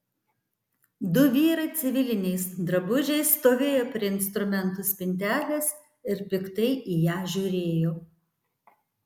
du vyrai civiliniais drabužiais stovėjo prie instrumentų spintelės ir piktai į ją žiūrėjo